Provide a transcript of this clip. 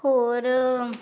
ਹੋਰ